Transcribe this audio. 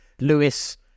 Lewis